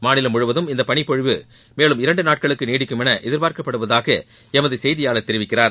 மாநிலம் முழுவதும் இந்த பனிப்பொழிவு மேலும் இரண்டு நாட்களுக்கு நீடிக்கும் என எதிர்பார்க்கப்படுவதாக எமது செய்தியாளர் தெரிவிக்கிறார்